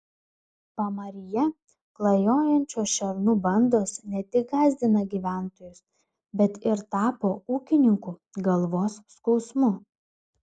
pamaryje klajojančios šernų bandos ne tik gąsdina gyventojus bet ir tapo ūkininkų galvos skausmu